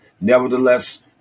Nevertheless